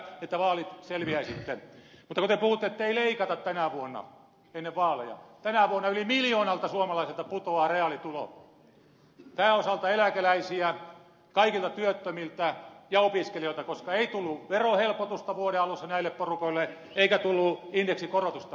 mutta kun te puhutte ettei leikata tänä vuonna ennen vaaleja tänä vuonna yli miljoonalta suomalaiselta putoaa reaalitulo pääosalta eläkeläisiä kaikilta työttömiltä ja opiskelijoilta koska ei tullut verohelpotusta vuoden alussa näille porukoille eikä tullut indeksikorotusta